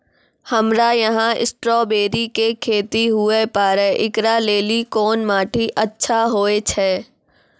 हमरा यहाँ स्ट्राबेरी के खेती हुए पारे, इकरा लेली कोन माटी अच्छा होय छै?